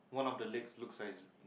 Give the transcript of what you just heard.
one of the legs looks like